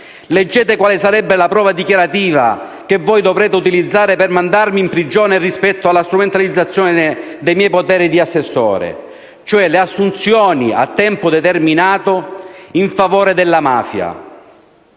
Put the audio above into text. Leggete quale sarebbe la prova dichiarativa che voi dovreste utilizzare per mandarmi in prigione rispetto alla strumentalizzazione dei miei poteri di assessore, cioè le assunzioni a tempo determinato in favore alla mafia.